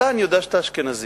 אתה, אני יודע שאתה אשכנזי